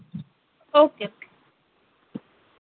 okay okay